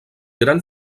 gran